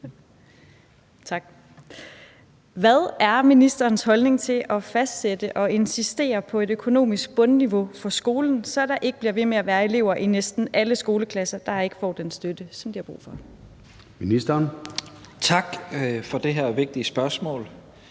Hvad er ministerens holdning til at fastsætte og insistere på et økonomisk »bundniveau« for skolen, så der ikke bliver ved med at være elever i næsten alle skoleklasser, der ikke får den støtte, som de har brug for? Skriftlig begrundelse